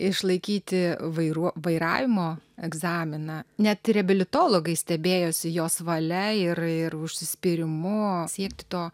išlaikyti vairuo vairavimo egzaminą net reabilitologai stebėjosi jos valia ir ir užsispyrimu siekti to